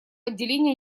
отделение